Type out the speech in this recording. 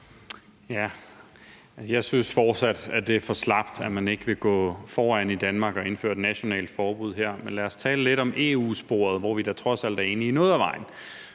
Jeg synes fortsat, det er for slapt, at man ikke vil gå foran i Danmark og indføre et nationalt forbud her. Men lad os tale lidt om EU-sporet, hvor vi da trods alt er enige noget af vejen.